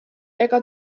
ega